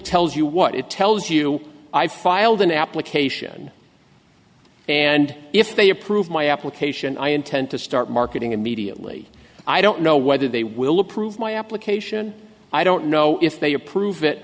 tells you what it tells you i filed an application and if they approve my application i intend to start marketing immediately i don't know whether they will approve my application i don't know if they approve it